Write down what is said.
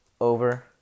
over